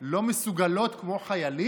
מה, חיילות לא מסוגלות כמו חיילים?